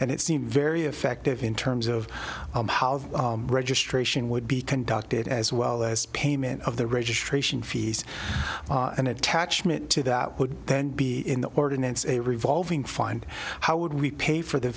and it seemed very effective in terms of registration would be conducted as well as payment of the registration fees and attachment to that would then be in the ordinance a revolving find how would we pay for the